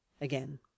again